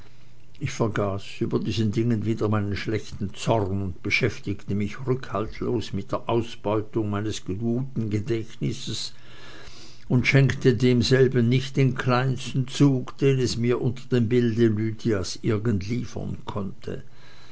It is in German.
ich vergaß über diesen dingen wieder meinen schlechten zorn und beschäftigte mich rückhaltlos mit der ausbeutung meines guten gedächtnisses und schenkte demselben nicht den kleinsten zug den es mir von dem bilde lydias irgend liefern konnte